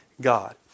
God